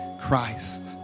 Christ